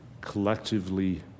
collectively